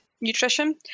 nutrition